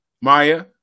Maya